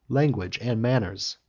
language, and manners.